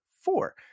four